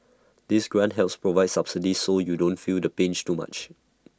this grant helps provide subsidies so you don't feel the pinch too much